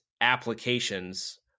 applications